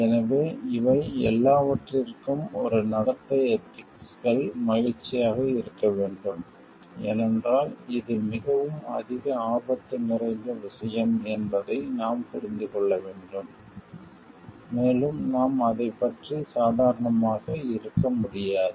எனவே இவை எல்லாவற்றிற்கும் ஒரு நடத்தை எதிக்ஸ்கள் மகிழ்ச்சியாக இருக்க வேண்டும் ஏனென்றால் இது மிகவும் அதிக ஆபத்து நிறைந்த விஷயம் என்பதை நாம் புரிந்து கொள்ள வேண்டும் மேலும் நாம் அதைப் பற்றி சாதாரணமாக இருக்க முடியாது